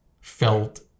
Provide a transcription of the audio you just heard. felt